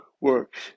works